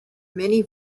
many